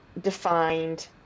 defined